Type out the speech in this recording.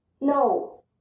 No